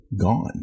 gone